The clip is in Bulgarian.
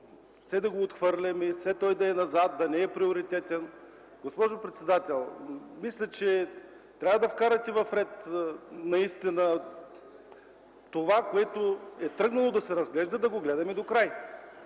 все да го отхвърляме, все той да е назад, да не е приоритетен. Госпожо председател, мисля, че трябва да вкарате наистина ред и това, което сме тръгнали да го разглеждаме, да го гледаме докрай.